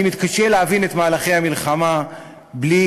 אני מתקשה להבין את מהלכי המלחמה בלי